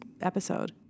episode